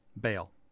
bail